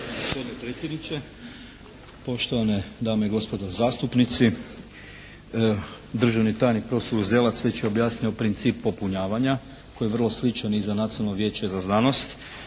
Dražen** Gospodine predsjedniče, poštovane dame i gospodo zastupnici. Državni tajnik prof. Uzelac već je objasnio princip popunjavanja koji je vrlo sličan i za nacionalno vijeće i za znanost.